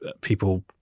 people